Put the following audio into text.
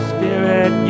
Spirit